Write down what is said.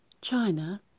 China